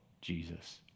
Jesus